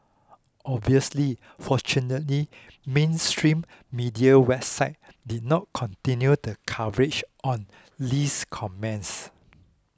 obviously fortunately mainstream media websites did not continue the coverage on Lee's comments